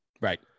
right